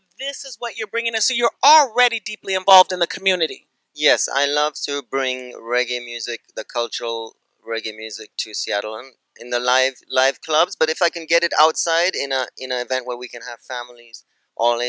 this is what you're bringing us so you're already deeply involved in the community yes i love to bring reggae music cultural reggae music to seattle i'm in the live life clubs but if i can get it outside in a in a event where we can have families all